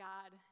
God